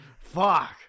fuck